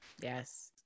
Yes